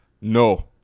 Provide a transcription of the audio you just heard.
No